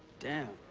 damn!